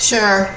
Sure